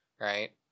right